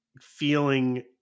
feeling